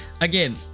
again